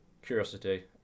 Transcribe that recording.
Curiosity